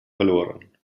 verloren